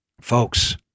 Folks